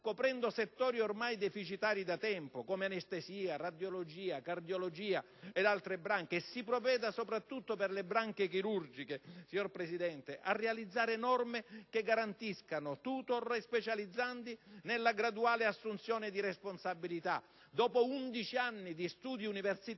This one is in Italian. coprendo settori ormai deficitari da tempo (come anestesia, radiologia, cardiologia ed altre branche) e si provveda, soprattutto per le branche chirurgiche, a realizzare norme che garantiscano *tutor* e specializzandi nella graduale assunzione di responsabilità. Dopo 11 anni di studi universitari,